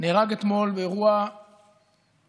נהרג אתמול באירוע מצער,